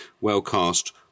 well-cast